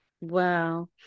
Wow